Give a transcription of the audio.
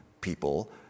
people